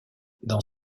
dans